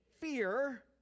fear